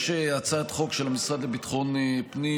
יש הצעת חוק של המשרד לביטחון הפנים,